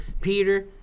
Peter